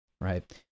right